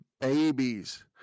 babies